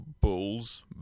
bulls